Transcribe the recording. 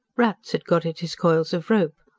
rats had got at his coils of rope,